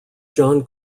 john